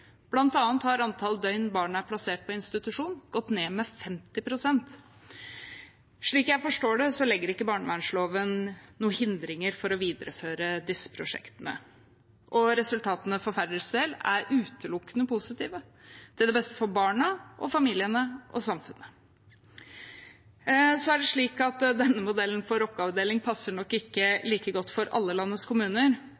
har antall døgn barn er plassert på institusjon, gått ned med 50 pst. Slik jeg forstår det, legger ikke barnevernloven noen hindringer for å videreføre disse prosjektene, og resultatene for Færders del er utelukkende positive, til det beste for barna, familiene og samfunnet. Denne modellen for oppgavedeling passer nok ikke like godt for